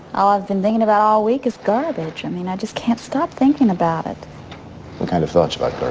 all i've been thinking about all week is garbage. i mean, i just can't stop thinking about it what kind of thoughts about